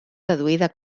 deduïda